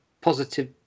positive